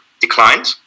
declined